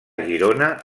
girona